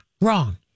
wrong